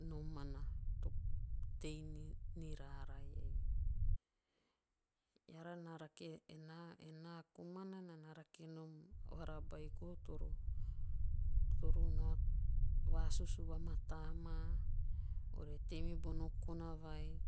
Nomana to tei ni raraiei. Eara rake. ena ena komana naa na rake nom o vahara beiko toro- toro no vasusu va mataa maa. ore tei mibona kona vai